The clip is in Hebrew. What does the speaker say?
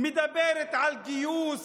היא מדברת על גיוס